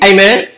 Amen